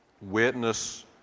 witness